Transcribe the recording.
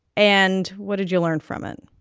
and what did you learn from it?